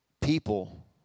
people